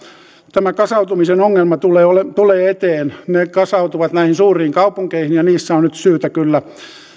tämä kasautumisen ongelma tulee tulee eteen ne kasautuvat näihin suuriin kaupunkeihin ja niissä on nyt syytä kyllä